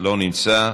לא נמצא.